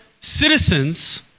citizens